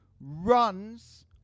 runs